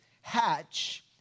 hatch